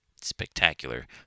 spectacular